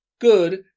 good